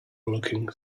looking